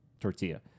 tortilla